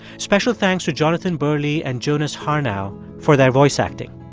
special thanks to jonathan burley and jonas harnow for their voice acting.